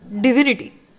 divinity